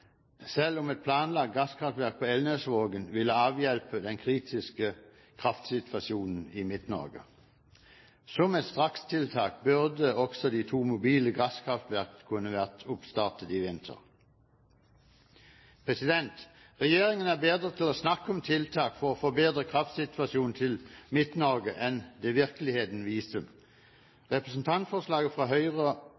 selv om et planlagt gasskraftverk i Elnesvågen vil avhjelpe den kritiske kraftsituasjonen i Midt-Norge. Som et strakstiltak burde også de to mobile gasskraftverkene kunne vært oppstartet i vinter. Regjeringen er bedre til å snakke om tiltak for å forbedre kraftsituasjonen i Midt-Norge enn det som vises i virkeligheten.